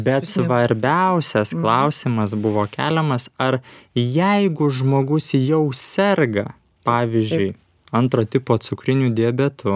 bet svarbiausias klausimas buvo keliamas ar jeigu žmogus jau serga pavyzdžiui antro tipo cukriniu diabetu